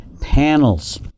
panels